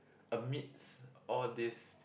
amidst all these